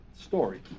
story